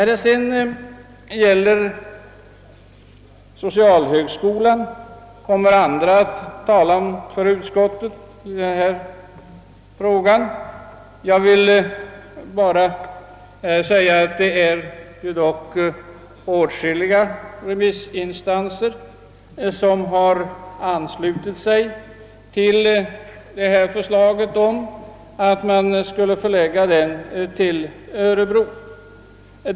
Beträffande socialhögskolan kommer andra ledamöter att tala för utskottet. Jag vill endast anföra att det är åtskilliga remissinstanser som har stött förslaget om att förlägga denna högskola till Örebro.